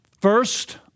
First